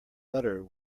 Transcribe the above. butter